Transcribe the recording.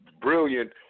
brilliant